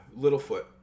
Littlefoot